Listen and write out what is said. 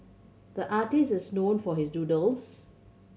the artist is known for his doodles